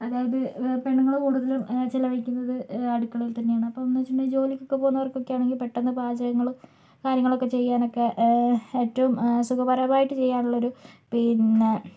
അതായത് പെണ്ണുങ്ങൾ കൂടുതലും ചിലവഴിക്കുന്നത് അടുക്കളയിൽ തന്നെയാണ് അപ്പം എന്നു വച്ചിട്ടുണ്ടെങ്കിൽ ജോലിയ്ക്കൊക്കെ പോകുന്നവർക്കൊക്കെയാണെങ്കിൽ പെട്ടന്ന് പാചകങ്ങൾ കാര്യങ്ങളൊക്കെ ചെയ്യാനൊക്കെ ഏറ്റവും സുഖകരമായിട്ട് ചെയ്യാനുള്ളൊരു പിന്നെ